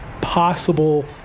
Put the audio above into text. possible